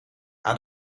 aan